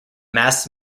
mass